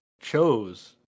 chose